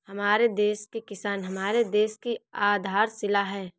हमारे देश के किसान हमारे देश की आधारशिला है